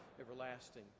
everlasting